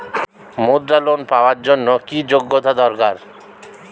মুদ্রা লোন পাওয়ার জন্য কি যোগ্যতা দরকার?